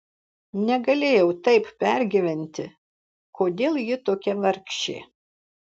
negalėjau taip pergyventi kodėl ji tokia vargšė